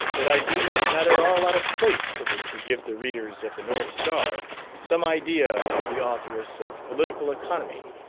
that i deem it not at all out of place for me to give the readers of the north star some idea of the authoress of political economy,